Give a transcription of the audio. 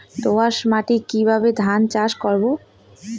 দোয়াস মাটি কিভাবে ধান চাষ করব?